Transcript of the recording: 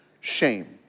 shame